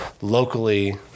locally